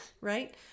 right